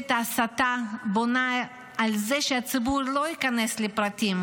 ממשלת ההסתה בונה על זה שהציבור לא ייכנס לפרטים,